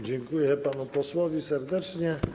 Dziękuję panu posłowi serdecznie.